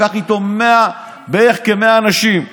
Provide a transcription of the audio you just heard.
לקח איתו 100, בערך 100 אנשים.